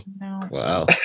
Wow